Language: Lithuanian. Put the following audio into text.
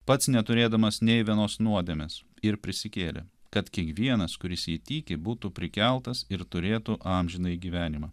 pats neturėdamas nei vienos nuodėmės ir prisikėlė kad kiekvienas kuris jį tiki būtų prikeltas ir turėtų amžinąjį gyvenimą